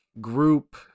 group